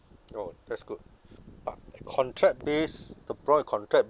oh that's good but contract-based the problem with contract